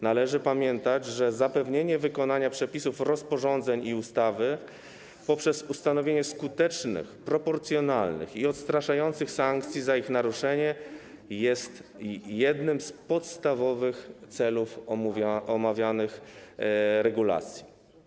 Należy pamiętać, że zapewnienie wykonania przepisów rozporządzeń i ustawy poprzez ustanowienie skutecznych, proporcjonalnych i odstraszających sankcji za ich naruszenie jest jednym z podstawowych celów omawianych regulacji.